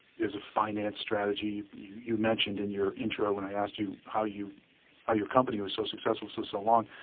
there's a finance strategy. you you mentioned in your intro when i asked you how you how your company was so successful so so long,